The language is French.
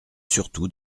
surtout